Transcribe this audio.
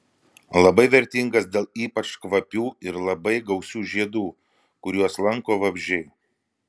labai vertingas dėl ypač kvapių ir labai gausių žiedų kuriuos lanko vabzdžiai